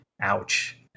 ouch